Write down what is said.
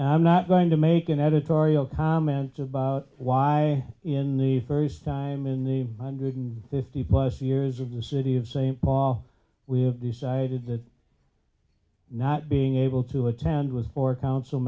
i'm not going to make an editorial comment about why in the first time in the hundred and fifty plus years of the city of st paul we have decided that not being able to attend was for council